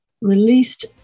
released